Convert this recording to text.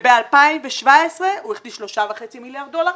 וב-2017 הוא הכניס 3.5 מיליארד דולר,